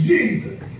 Jesus